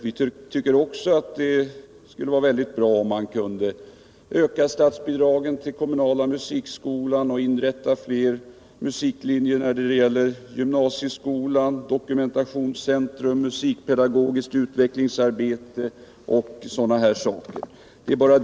Vi tycker också att det skulle vara mycket bra om man kunde öka statsbidragen till kommunala musikskolan, dokumentationscentrum, musikpedagogiskt utvecklingsarbete m.m. sådant och inrätta fler musiklinjer i gymnasieskolan.